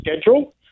schedule